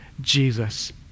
Jesus